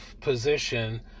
position